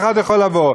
וכל אחד יכול לבוא.